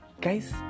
guys